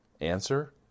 Answer